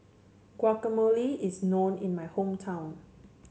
guacamole is known in my hometown